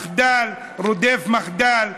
מחדל רודף מחדל,